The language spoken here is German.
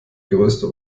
größte